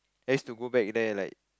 I used to go back there like